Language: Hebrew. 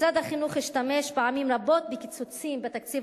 משרד החינוך השתמש פעמים רבות בקיצוצים בתקציב